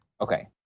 Okay